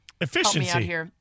Efficiency